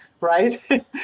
right